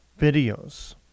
videos